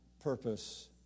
purpose